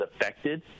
affected